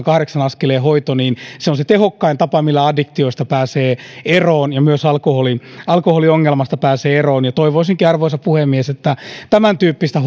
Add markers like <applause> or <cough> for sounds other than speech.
<unintelligible> kahdeksan askeleen hoito on se tehokkain tapa millä addiktioista pääsee eroon ja myös alkoholiongelmasta pääsee eroon toivoisinkin arvoisa puhemies että tämäntyyppistä <unintelligible>